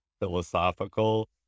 philosophical